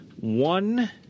one